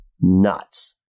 nuts